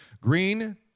Green